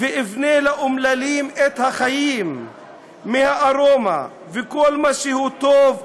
/ ואבנה לאומללים את החיים / מהארומה / וכל מה שהוא טוב,